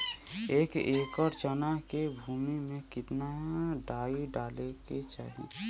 एक एकड़ चना के भूमि में कितना डाई डाले के चाही?